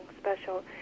special